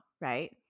right